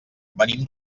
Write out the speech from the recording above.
venim